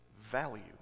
value